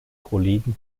kollegen